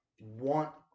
want